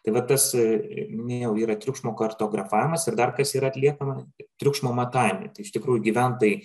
tai va tas minėjau yra triukšmo kartografavimas ir dar kas yra atliekama triukšmo matavimai tai iš tikrųjų gyventojai